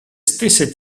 stesse